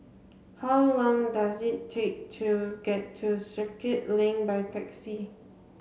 how long does it take to get to Circuit Link by taxi